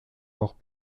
hors